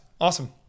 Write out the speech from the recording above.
Awesome